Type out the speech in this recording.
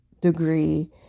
degree